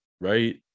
Right